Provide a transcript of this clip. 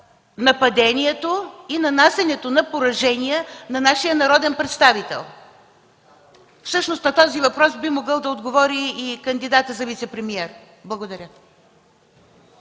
нападението и нанасянето на поражения на нашия народен представител? Всъщност на този въпрос би могъл да отговори и кандидатът за вицепремиер. Благодаря.